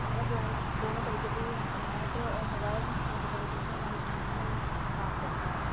تو مطلب دونوں دونوں طریقے سے یہ انٹرنیٹ اور موبائل دونوں طریقے سے ہماری زندگی میں کام کرتا ہے